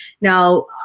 now